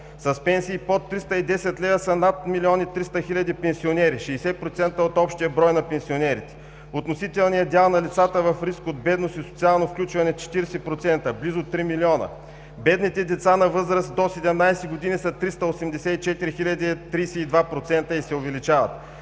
С пенсии под 310 лв. са над 1 млн. 300 хил. пенсионери – 60% от общия брой на пенсионерите. Относителният дял на лицата в риск от бедност и социално включване – 40%, близо 3 милиона. Бедните деца на възраст до 17 години са 384 хиляди – 32%, и се увеличават.